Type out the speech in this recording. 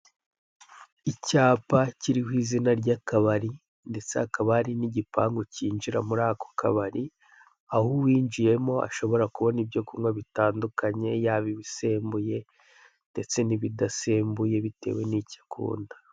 Icyapa kiriho izina ry'akabari ndetse hakaba hari n'igipangu kinjira muri ako kabari aho uwinjiyemo ashobora kubona ibyo kunywa bitandukanye yaba ibisembuye ndetse n'ibidasembuye bitewe n'ibyo ukunda.